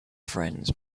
friends